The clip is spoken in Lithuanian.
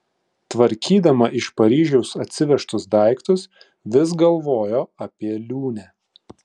tvarkydama iš paryžiaus atsivežtus daiktus vis galvojo apie liūnę